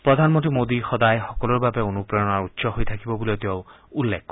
প্ৰধানমন্ত্ৰী মোদী সদায় সকলোৰে বাবে অনুপ্ৰেৰণাৰ উৎস হৈ থাকিব বুলিও তেওঁ উল্লেখ কৰে